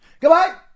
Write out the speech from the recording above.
goodbye